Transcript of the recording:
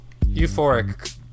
euphoric